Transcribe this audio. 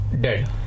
Dead